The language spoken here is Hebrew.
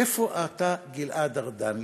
איפה אתה, גלעד ארדן?